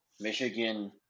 Michigan